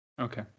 Okay